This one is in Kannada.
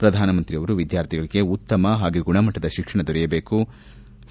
ಪ್ರಧಾನಮಂತ್ರಿಯವರು ವಿದ್ಯಾರ್ಥಿಗಳಿಗೆ ಉತ್ತಮ ಹಾಗೂ ಗುಣಮಟ್ಟದ ಶಿಕ್ಷಣ ದೊರೆಯಬೇಕು ಎಂದರು